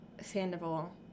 Sandoval